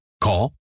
Call